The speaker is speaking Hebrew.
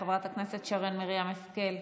חברת הכנסת שרן מרים השכל,